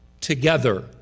together